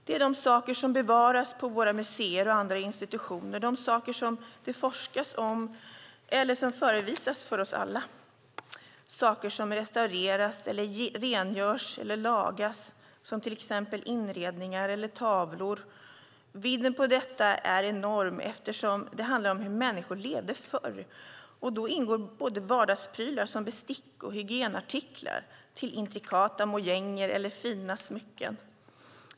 Det är de saker som bevaras på våra museer och andra institutioner, de saker som det forskas om eller som förevisas för oss alla. Det är saker som restaureras, rengörs eller lagas, som till exempel inredningar eller tavlor. Vidden på detta är enorm eftersom det handlar om hur människor levde förr, och då ingår både vardagsprylar som bestick och hygienartiklar till intrikata mojänger eller fina smycken.